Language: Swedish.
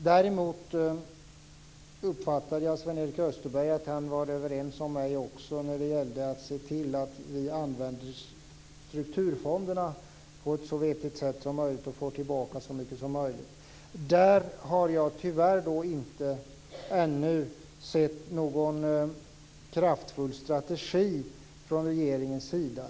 Däremot uppfattar jag att Sven-Erik Österberg är överens med mig när det gäller att se till att vi använder strukturfonderna på ett så vettigt sätt som möjligt och får tillbaka så mycket som möjligt. Där har jag tyvärr inte ännu sett någon kraftfull strategi från regeringens sida.